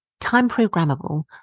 time-programmable